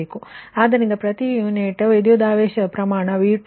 ಆದ್ದರಿಂದ ಪ್ರತಿ ಯೂನಿಟ್ಗೆವಿದ್ಯುತಾವೇಶ ಪ್ರಮಾಣ V2 1